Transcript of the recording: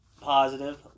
positive